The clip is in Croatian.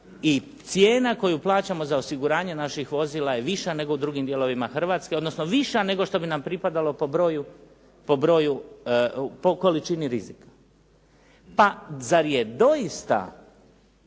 i cijena koju plaćamo za osiguranje naših vozila je viša nego u drugim dijelovima Hrvatske, odnosno viša nego što bi nam pripadalo po broju, po količini rizika. Pa zar je doista